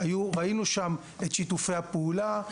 ראינו שם את שיתופי הפעולה,